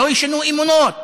לא ישנו אמונות.